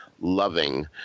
loving